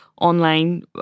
online